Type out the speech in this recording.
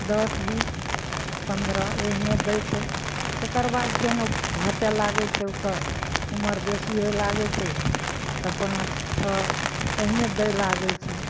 दस बीस पन्द्रह एहने दै छै तकरबाद फेर ओ घटे लागै छै ओकर ऊमर बेसी होइ लागै छै तऽ पाँच छओ एहने दै लागै छै